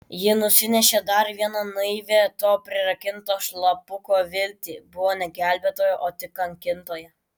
ji nusinešė dar vieną naivią to prirakinto šlapuko viltį buvo ne gelbėtoja o tik kankintoja